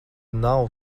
nav